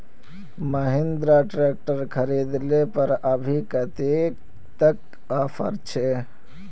Mahindra tractor खरीद ले पर अभी कतेक तक ऑफर छे?